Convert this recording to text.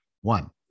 One